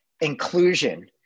inclusion